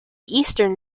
eastern